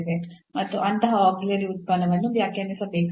ನಾವು ಅಂತಹ ಆಕ್ಸಿಲಿಯೇರಿ ಉತ್ಪನ್ನವನ್ನು ವ್ಯಾಖ್ಯಾನಿಸಬೇಕಾಗಿದೆ